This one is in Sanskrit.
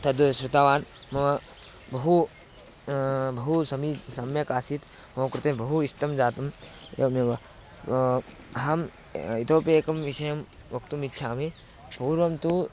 तद् श्रुतवान् मम बहु बहु समी सम्यक् आसीत् मम कृते बहु इष्टं जातम् एवमेव अहम् इतोपि एकं विषयं वक्तुमिच्छामि पूर्वं तु